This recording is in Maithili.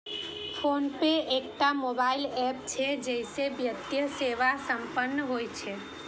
फोनपे एकटा मोबाइल एप छियै, जइसे वित्तीय सेवा संपन्न होइ छै